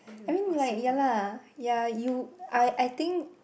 I mean like ya lah ya you I think